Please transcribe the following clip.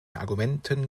argumenten